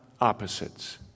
opposites